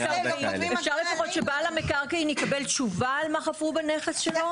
אפשר לפחות שבעל המקרקעין יקבל תשובה על מה חפרו בנכס שלו,